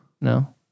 No